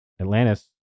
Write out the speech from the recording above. Atlantis